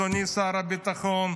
אדוני שר הביטחון,